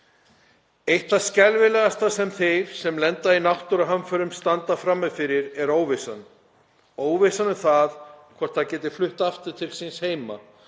Eitt það skelfilegasta sem fólk sem lendir í náttúruhamförum stendur frammi fyrir er óvissan; óvissan um hvort það getur flutt aftur til síns heima,